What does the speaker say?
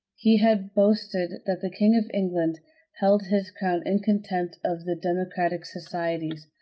he had boasted that the king of england held his crown in contempt of the democratic societies.